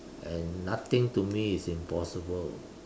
and nothing to me is impossible